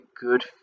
good